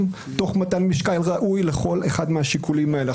תוך מתן משקל ראוי לכל אחד מהשיקולים האלה.